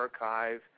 archive